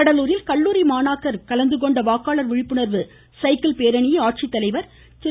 கடலூரில் கல்லூரி மாணாக்கர் கலந்துகொண்ட வாக்காளர் விழிப்புணா்வு சசக்கிள் பேரணியை மாவட்ட ஆட்சித்தலைவா் திரு